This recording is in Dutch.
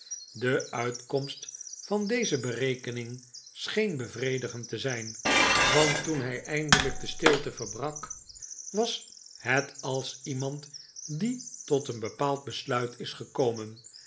de uitkomst van deze berekening scheen bevredigend te zijn want toen hij eindelijk de stilte verbrak was het als iemand die tot een bepaald besluit is gekomen